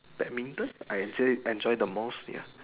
badminton I enjoy the most ya